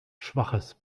schwaches